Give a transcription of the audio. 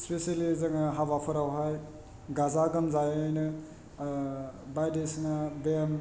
specially जोङो हाबाफोरावहाय गाजा गोमजायैनो बायदिसिना गेम